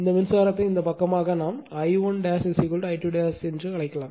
இந்த மின்சாரத்தை இந்த பக்கமாக நாம் I1 I2 இதை நாம் அழைக்கலாம்